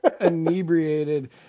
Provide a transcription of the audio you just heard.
inebriated